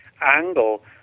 angle